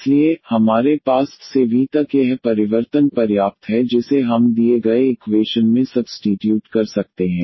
इसलिए हमारे पास y से v तक यह परिवर्तन पर्याप्त है जिसे हम दिए गए इक्वेशन में सब्स्टीट्यूट कर सकते हैं